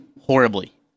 horribly